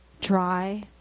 dry